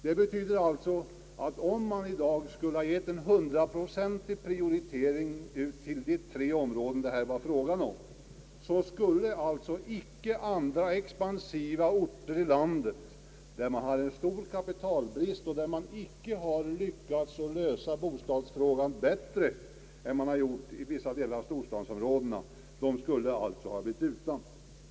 Det betyder alltså att om man i dag skulle ha gett en hundraprocentig prioritering till de tre områden det här var fråga om, skulle icke andra expansiva orter i landet, där man också har kapitalbrist och där man icke lyckats lösa bostadsfrågan bättre än i vissa delar av storstadsområdena, blivit helt utan.